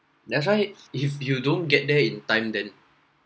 that's why if you don't get there in time then